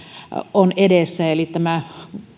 on edessä eli